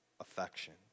affection